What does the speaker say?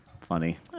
funny